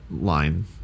line